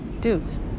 dudes